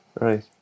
right